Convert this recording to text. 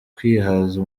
kwihaza